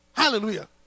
Hallelujah